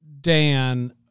Dan